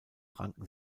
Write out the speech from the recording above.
ranken